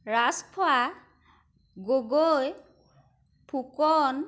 Rajkhowa Gogoi Phukan